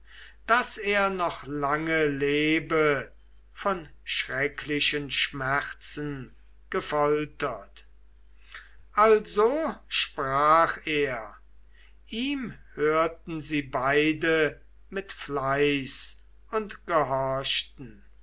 daß er noch lange lebe von schrecklichen schmerzen gefoltert also sprach er ihm hörten sie beide mit fleiß und gehorchten